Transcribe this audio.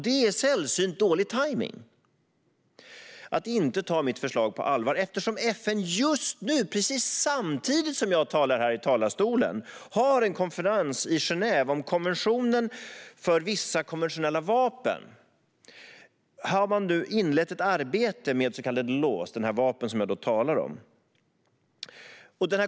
Det är sällsynt dålig tajming att inte ta mitt förslag på allvar eftersom FN just nu, precis samtidigt som jag talar här i talarstolen, har en konferens i Genève om konventionen för vissa konventionella vapen. Man har nu inlett ett arbete om så kallade Laws, de vapen som jag talar om.